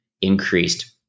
increased